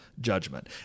judgment